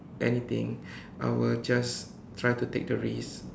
anything I will just try to take the risk